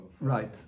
right